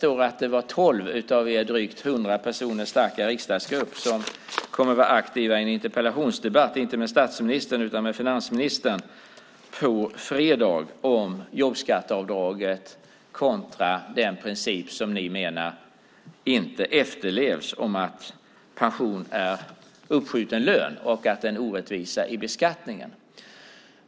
Vad jag förstår är det tolv av er drygt hundra personer starka riksdagsgrupp som kommer att vara aktiva i en interpellationsdebatt, inte med statsministern utan med finansministern, på fredag om jobbskatteavdraget kontra den princip som ni menar inte efterlevs om att pension är uppskjuten lön och att det är en orättvisa i beskattningen.